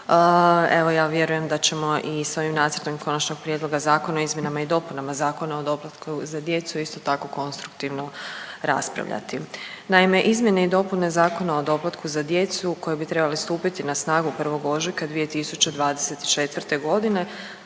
evo ja vjerujem da ćemo i s ovim nacrtom Konačnog prijedloga o izmjenama i dopunama Zakona o doplatku za djecu isto tako konstruktivno raspravljati. Naime, izmjene i dopune Zakona o doplatku za djecu koje bi trebale stupiti na snagu 1. ožujka 2024. godine